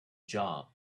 job